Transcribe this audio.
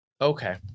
okay